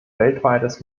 weltweites